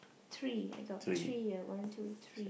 three I got three here one two three